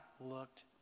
looked